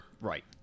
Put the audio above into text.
Right